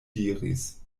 diris